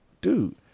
Dude